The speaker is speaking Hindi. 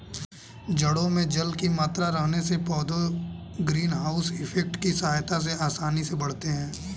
जड़ों में जल की मात्रा रहने से पौधे ग्रीन हाउस इफेक्ट की सहायता से आसानी से बढ़ते हैं